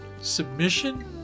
Submission